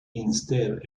instead